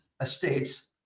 estates